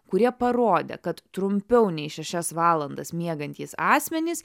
kurie parodė kad trumpiau nei šešias valandas miegantys asmenys